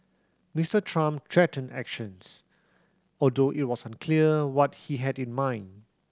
Mister Trump threatened actions although it was unclear what he had in mind